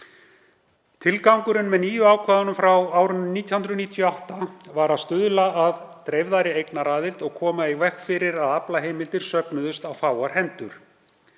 Tilgangurinn með nýju ákvæðunum frá árinu 1998 var að stuðla að dreifðari eignaraðild og koma í veg fyrir að aflaheimildir söfnuðust á fáar hendur.